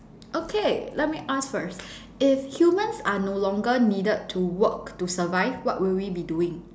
okay let me ask first if humans are no longer needed to work to survive what will we be doing